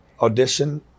audition